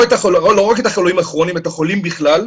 לא רק את החולים הכרוניים, את החולים בכלל,